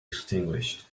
extinguished